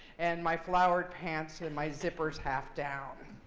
and my flowered pants and my zipper's half down.